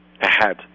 ahead